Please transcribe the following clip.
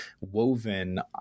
woven